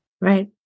Right